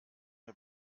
mir